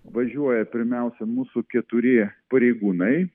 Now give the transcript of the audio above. važiuoja pirmiausia mūsų keturi pareigūnai